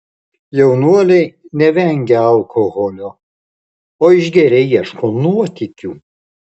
jaunuoliai nevengia alkoholio o išgėrę ieško nuotykių